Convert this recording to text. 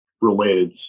related